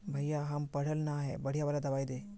भैया हम पढ़ल न है बढ़िया वाला दबाइ देबे?